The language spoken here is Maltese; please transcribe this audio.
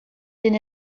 din